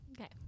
Okay